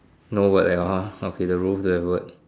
no word at all ah okay the roof there's a word